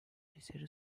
eseri